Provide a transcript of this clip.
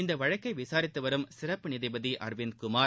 இந்த வழக்கை விசாரித்து வரும் சிறப்பு நீதிபதி அரவிந்த் குமார்